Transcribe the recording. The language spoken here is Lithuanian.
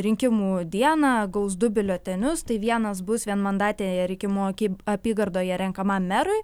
rinkimų dieną gaus du biuletenius tai vienas bus vienmandatėje rikimų akyb apygardoje renkamam merui